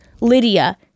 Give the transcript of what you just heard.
Lydia